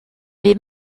les